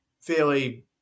fairly